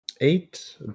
Eight